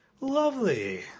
Lovely